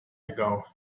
ago